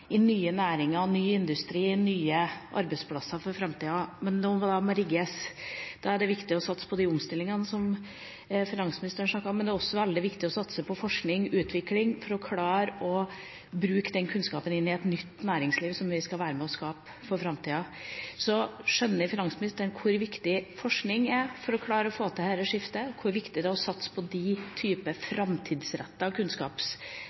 nye næringer, i ny industri, i nye arbeidsplasser for framtida. Nå må de rigges, og da er det viktig å satse på de omstillingene som finansministeren snakket om, men det er også veldig viktig å satse på forskning og utvikling for å klare å bruke den kunnskapen i et nytt næringsliv som vi skal være med og skape for framtida. Skjønner finansministeren hvor viktig forskning er for å klare å få til dette skiftet, hvor viktig det er å satse på